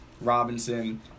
Robinson